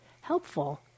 helpful